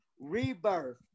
Rebirth